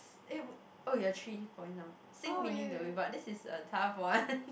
eh would oh you're three point now sing beneath the way but this is a tough one